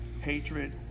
hatred